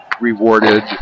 rewarded